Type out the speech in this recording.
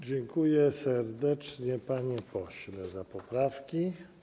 Dziękuję serdecznie, panie pośle, za poprawki.